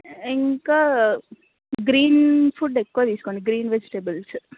ఇంకా green food ఎక్కువ తీసుకోండి గ్రీన్ వెజిటేబుల్స్